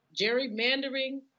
gerrymandering